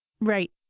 Right